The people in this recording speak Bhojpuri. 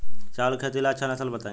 चावल के खेती ला अच्छा नस्ल बताई?